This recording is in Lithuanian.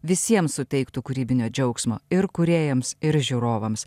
visiems suteiktų kūrybinio džiaugsmo ir kūrėjams ir žiūrovams